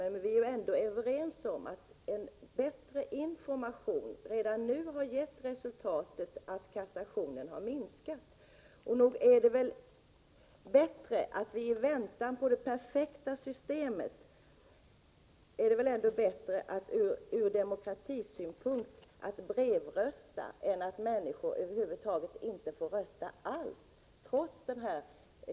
Men vi är ju ändå överens om att en bättre information redan nu har givit resultatet att kassationen har minskat. I väntan på det perfekta systemet är det väl ändå från demokratisk synpunkt bättre att människor brevröstar än att de inte får rösta alls?